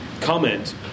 comment